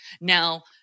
now